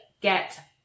get